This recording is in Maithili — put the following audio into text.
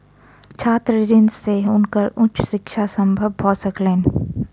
छात्र ऋण से हुनकर उच्च शिक्षा संभव भ सकलैन